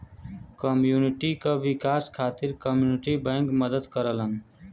community क विकास खातिर कम्युनिटी बैंक मदद करलन